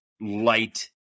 light